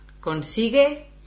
Consigue